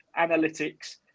analytics